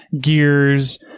gears